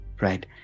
right